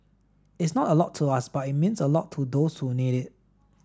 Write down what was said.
it's not a lot to us but it means a lot to those who need it